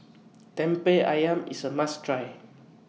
Lemper Ayam IS A must Try